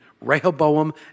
Rehoboam